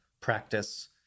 practice